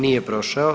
Nije prošao.